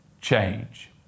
change